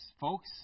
folks